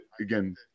again